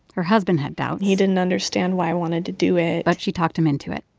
her husband had doubts he didn't understand why i wanted to do it but she talked him into it.